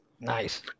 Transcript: nice